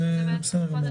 זה בסדר גמור.